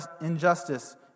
injustice